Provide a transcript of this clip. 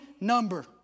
number